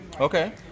Okay